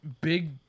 big